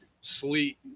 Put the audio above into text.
sleet